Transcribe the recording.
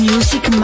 Music